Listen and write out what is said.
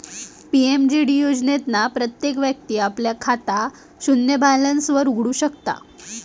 PMJD योजनेतना प्रत्येक व्यक्ती आपला खाता शून्य बॅलेंस वर उघडु शकता